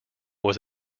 was